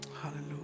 Hallelujah